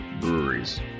breweries